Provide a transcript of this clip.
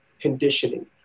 conditioning